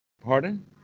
Pardon